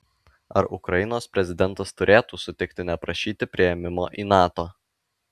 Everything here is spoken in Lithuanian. ar ukrainos prezidentas turėtų sutikti neprašyti priėmimo į nato